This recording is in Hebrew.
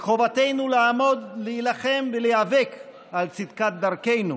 מחובתנו לעמוד, להילחם ולהיאבק על צדקת דרכנו,